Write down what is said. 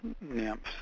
nymphs